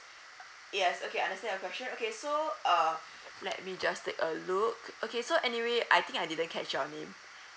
uh yes okay I understand your question okay so uh let me just take a look okay so anyway I think I didn't catch your name